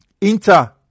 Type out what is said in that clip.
Inter